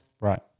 right